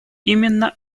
именно